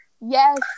Yes